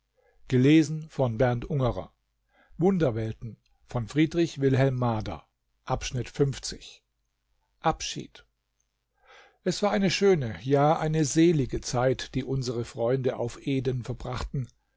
abschied es war eine schöne ja eine selige zeit die unsere freunde auf eden verbrachten